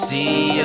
See